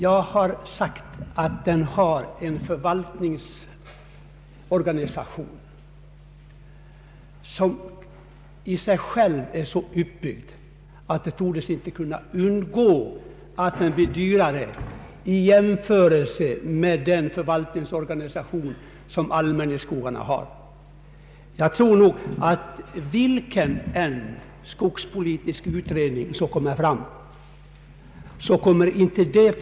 Jag har sagt att domänverket har en förvaltningsorganisation som i sig själv är så utbyggd att den inte torde kunna undgå att bli dyrare i jämförelse med den förvaltningsorganisation som allmänningsskogarna har — vilken skogspolitisk utredning som än redovisar sitt resultat, kommer inte detta förhållande Ang.